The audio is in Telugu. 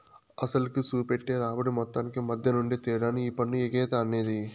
అసలుకి, సూపెట్టే రాబడి మొత్తానికి మద్దెనుండే తేడానే ఈ పన్ను ఎగేత అనేది